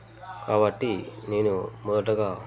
కాబట్టి నేను మొదటగా